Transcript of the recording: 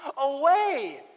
away